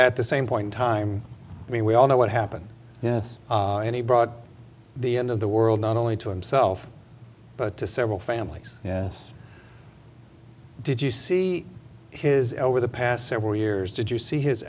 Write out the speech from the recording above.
at the same point in time i mean we all know what happened yes he brought the end of the world not only to himself but to several families yes did you see his over the past several years did you see his